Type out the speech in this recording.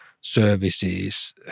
services